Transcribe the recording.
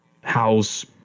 house